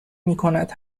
میکند